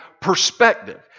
perspective